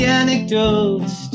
anecdotes